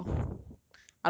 not not so often now